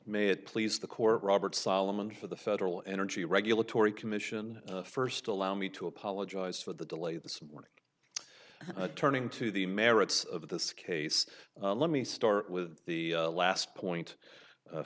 it please the court robert solomon for the federal energy regulatory commission first allow me to apologize for the delay this morning turning to the merits of this case let me start with the last point